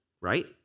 right